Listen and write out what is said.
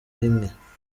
rimwe